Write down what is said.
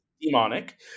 demonic